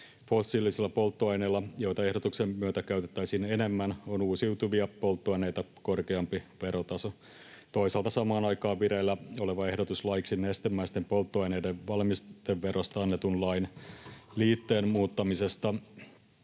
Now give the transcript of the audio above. Fossiilisilla polttoaineilla, joita ehdotuksen myötä käytettäisiin enemmän, on uusiutuvia polttoaineita korkeampi verotaso. Toisaalta samaan aikaan vireillä oleva ehdotus laiksi nestemäisten polttoaineiden valmisteverosta annetun lain liitteen muuttamisesta,